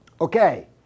Okay